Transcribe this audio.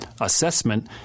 assessment